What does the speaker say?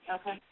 Okay